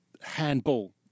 handball